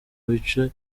bice